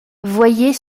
voyez